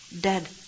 dead